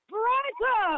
Veronica